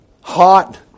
Hot